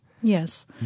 Yes